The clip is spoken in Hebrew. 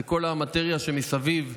זה כל המטריה מסביב,